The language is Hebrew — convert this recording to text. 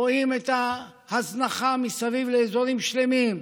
ורואים את ההזנחה מסביב לאזורים שלמים.